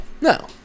No